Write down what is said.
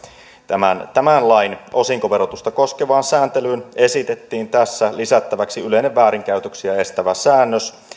tämän tämän lain osinkoverotusta koskevaan sääntelyyn esitettiin tässä lisättäväksi yleinen väärinkäytöksiä estävä säännös